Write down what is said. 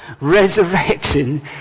resurrection